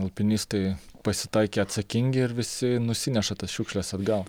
alpinistai pasitaikė atsakingi ir visi nusineša tas šiukšles atgal